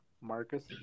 Marcus